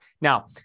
Now